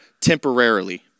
temporarily